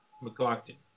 McLaughlin